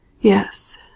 Yes